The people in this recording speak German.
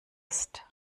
ist